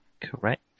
correct